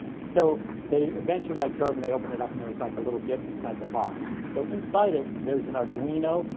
so they eventually like drove. and they open it up. and there was like a little gift inside the box. so inside it, there's an arduino,